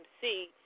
see